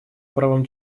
правам